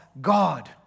God